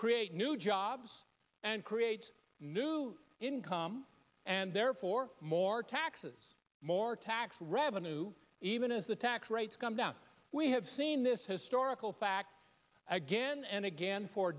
create new jobs and create new income and therefore more taxes more tax revenue even as the tax rates come down we have seen this historical fact again and again for